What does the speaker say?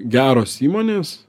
geros įmonės